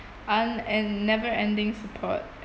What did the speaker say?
un~ and never ending support